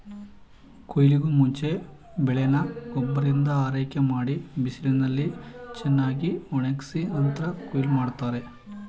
ಕುಯ್ಲಿಗೂಮುಂಚೆ ಬೆಳೆನ ಗೊಬ್ಬರದಿಂದ ಆರೈಕೆಮಾಡಿ ಬಿಸಿಲಿನಲ್ಲಿ ಚೆನ್ನಾಗ್ಒಣುಗ್ಸಿ ನಂತ್ರ ಕುಯ್ಲ್ ಮಾಡ್ತಾರೆ